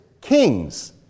kings